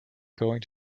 going